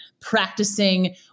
practicing